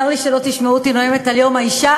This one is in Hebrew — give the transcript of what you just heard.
צר לי שלא תשמעו אותי נואמת על יום האישה,